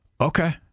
Okay